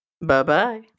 Bye-bye